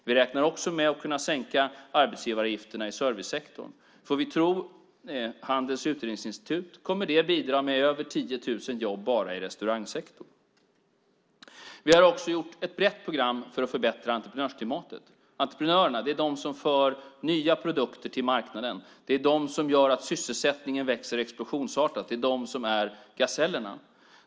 Vi räknar också med att kunna sänka arbetsgivaravgifterna i servicesektorn, för enligt Handelns utredningsinstitut kommer det att bidra med över 10 000 jobb bara i restaurangsektorn. Vi har också gjort ett brett program för att förbättra entreprenörsklimatet. Entreprenörerna är de som för nya produkter till marknaden. Det är de som gör att sysselsättningen växer explosionsartat. Det är de som är gasellerna.